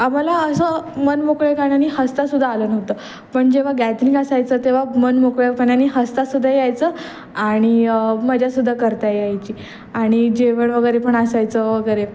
आम्हाला असं मन मोकळे कारणाने हसता सुद्धा आलं नव्हतं पण जेव्हा गॅदरिंग असायचं तेव्हा मनमोकळेपणाने हसता सुद्धा यायचं आणि मजा सुद्धा करता यायची आणि जेवण वगैरे पण असायचं वगैरे